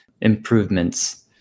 improvements